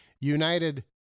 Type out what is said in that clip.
United